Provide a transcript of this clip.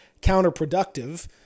counterproductive